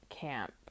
camp